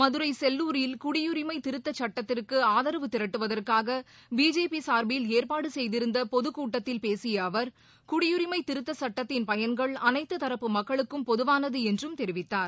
மதுரைசெல்லூரில் குடியுரிமைதிருத்தச் சட்டத்திற்குஆதரவு திரட்டுவதற்காகபிஜேபிசார்பில் ஏற்பாடுசெய்திருந்தபொதுக்கூட்டத்தில் பேசியஅவர் குடியுரிமைதிருத்தசட்டத்தின் பயன்கள் அனைத்துதரப்பு மக்களுக்கும் பொதுவானதுஎன்றும் தெரிவித்தார்